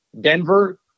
Denver